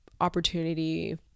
opportunity